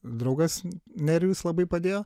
draugas nerijus labai padėjo